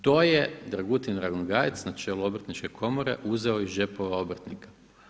To je Dragutin Ranogajec na čelu Obrtničke komore uzeo iz džepova obrtnika.